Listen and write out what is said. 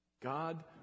God